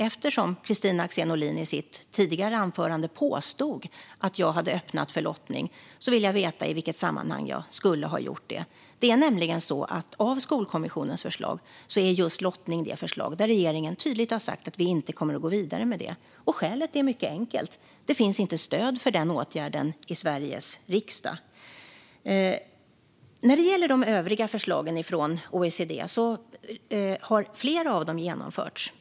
Eftersom Kristina Axén Olin i ett tidigare anförande påstod att jag hade öppnat för lottning vill jag veta i vilket sammanhang jag skulle ha gjort det. Det är nämligen så att vi i regeringen tydligt har sagt att vi inte kommer att gå vidare med Skolkommissionens förslag om lottning. Skälet är mycket enkelt: Det finns inte stöd för den åtgärden i Sveriges riksdag. När det gäller de övriga förslagen från OECD har flera av dem genomförts.